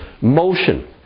motion